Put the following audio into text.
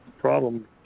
problem